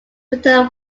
return